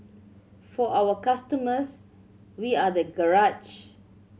for our customers we are the garage